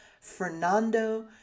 Fernando